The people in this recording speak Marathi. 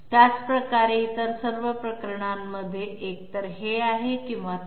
त्याच प्रकारे इतर सर्व प्रकरणांमध्ये एकतर हे आहे किंवा ते आहे